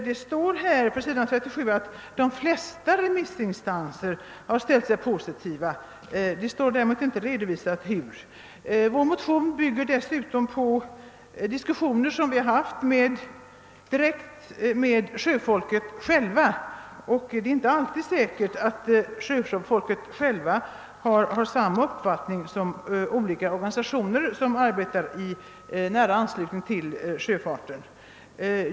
På s. 37 uppges att »de flesta» remissinstanserna har ställt sig positiva men man har inte närmare redovisat detta. Vår motion bygger dessutom på diskussioner och överläggningar som vi fört direkt med sjömännen. Det är inte alltid säkert att sjömännen själva har samma uppfattning som olika organisationer som arbetar i nära anslutning till sjöfarten, även om sjömännen kan ha rätt.